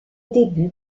début